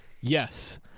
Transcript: Yes